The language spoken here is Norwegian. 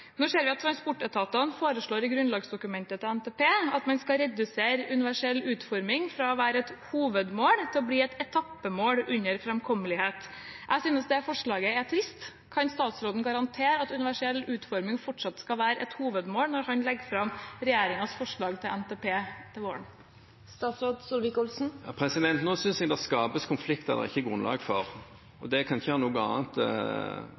Nå ser vi at transportetatene foreslår i grunnlagsdokumentene til NTP at man skal redusere universell utforming fra å være et hovedmål til å bli et etappemål under Framkommelighet. Jeg synes det forslaget er trist. Kan statsråden garantere at universell utforming fortsatt skal være et hovedmål, når han legger fram regjeringens forslag til NTP til våren? Nå synes jeg det skapes konflikter det ikke er grunnlag for, og det kan ikke ha noe annet